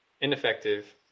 ineffective